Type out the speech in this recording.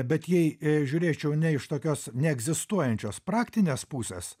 bet jei žiūrėčiau ne iš tokios neegzistuojančios praktinės pusės